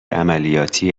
عملیاتی